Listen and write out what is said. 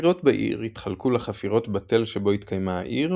החפירות בעיר התחלקו לחפירות בתל שבו התקיימה העיר,